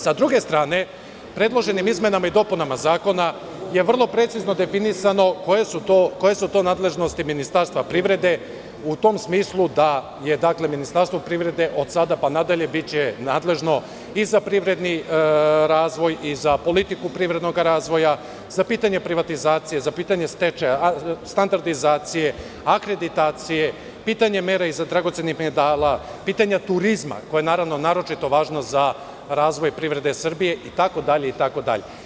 Sa druge strane, predloženim izmenama i dopunama Zakona je vrlo precizno definisano koje su to nadležnosti Ministarstva privrede, u tom smislu da će Ministarstvo privrede od sada pa nadalje biti nadležno i za privredni razvoj i za politiku privrednog razvoja, za pitanja privatizacije, za pitanja stečaja, standardizacije, akreditacije, pitanje mera i dragocenih metala, pitanje turizma koje je naročito važno za razvoj privrede Srbije itd, itd.